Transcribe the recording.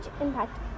impact